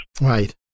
Right